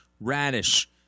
radish